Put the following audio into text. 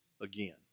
again